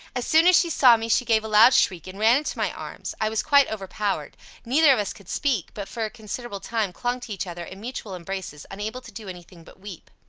as soon as she saw me she gave a loud shriek, and ran into my arms i was quite overpowered neither of us could speak but, for a considerable time, clung to each other in mutual embraces, unable to do any thing but weep.